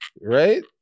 Right